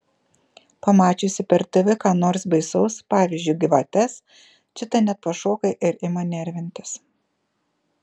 pamačiusi per tv ką nors baisaus pavyzdžiui gyvates čita net pašoka ir ima nervintis